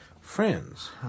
friends